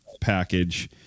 package